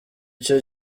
icyo